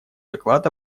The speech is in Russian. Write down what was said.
доклад